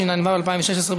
התשע"ו 2016,